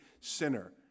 sinner